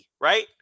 right